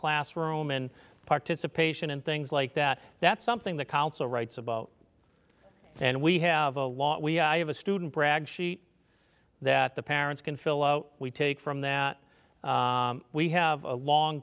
classroom and participation and things like that that's something the council writes about and we have a lot we have a student brag sheet that the parents can fill out we take from that we have a long